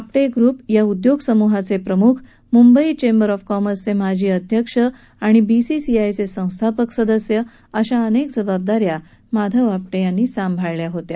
Apte group या उद्योगसमूहाचे प्रम्ख म्ंबई चेंबर्स ऑफ कॉमर्सचे माजी अध्यक्ष आणि बीसीसीआयचे संस्थापक सदस्य अशा अनेक जबाबदाऱ्या माधव आपटे यांनी सांभाळल्या होत्या